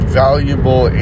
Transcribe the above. valuable